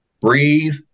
breathe